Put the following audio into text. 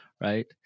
Right